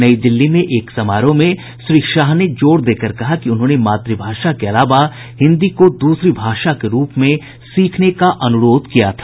नई दिल्ली में एक समारोह में श्री शाह ने जोर देकर कहा कि उन्होंने मातृभाषा के अलावा हिन्दी को दूसरी भाषा के रूप में सीखने का अनुरोध किया था